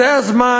זה הזמן,